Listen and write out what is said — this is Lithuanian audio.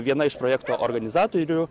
viena iš projekto organizatorių